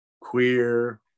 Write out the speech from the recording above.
queer